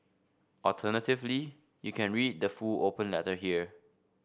alternatively you can read the full open letter here